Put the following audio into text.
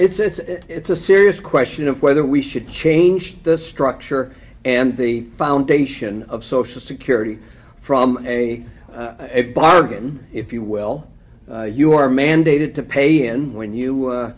no it's a serious question of whether we should change the structure and the foundation of social security from a bargain if you will you are mandated to pay and when you